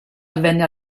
avvenne